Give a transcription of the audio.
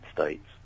States